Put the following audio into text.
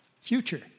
future